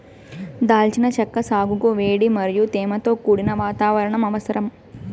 దాల్చిన చెక్క సాగుకు వేడి మరియు తేమతో కూడిన వాతావరణం అవసరం